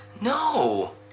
No